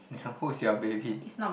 who's your baby